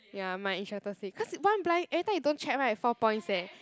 ya my instructor say cause one blind every time you don't check [right] four points eh